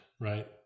right